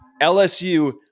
lsu